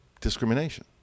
discrimination